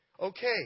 Okay